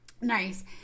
nice